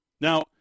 Now